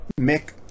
Mick